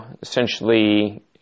essentially